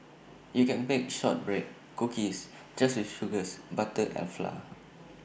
you can bake Shortbread Cookies just with sugars butter and flour